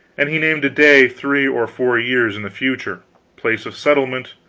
and he named a day three or four years in the future place of settlement,